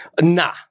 Nah